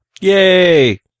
Yay